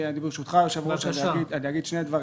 ברשותך, אדוני היושב-ראש, אגיד שני דברים.